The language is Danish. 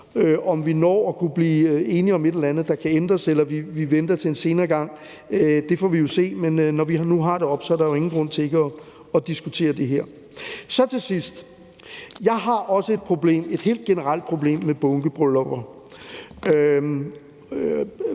Om vi når at blive enige om et eller andet, der kan ændres, eller vi venter til en senere gang, får vi som sagt at se, men når vi nu har det oppe, er der jo ingen grund til ikke at diskutere det. Til sidst vil jeg nævne, at jeg af forskellige grunde også har et helt generelt problem med bunkebryllupper,